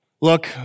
Look